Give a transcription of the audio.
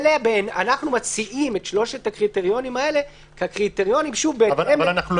אנו מציעים את שלושת הקריטריונים האלה- - אבל אנחנו לא